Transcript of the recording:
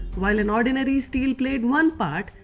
while an ordinary steel played one part,